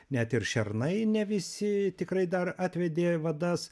net ir šernai ne visi tikrai dar atvedė vadas